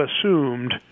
assumed